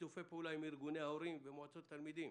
שיתופי פעולה עם ארגוני ההורים ומועצות תלמידים.